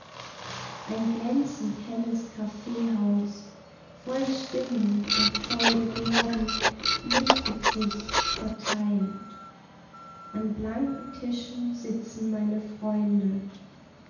ein glänzend helles kaffehaus voll stimmen und voll gebärden lichtet sich zerteilt an blanken tischen sitzen meine freunde